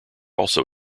also